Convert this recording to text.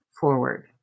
forward